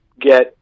get